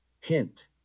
Hint